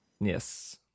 Yes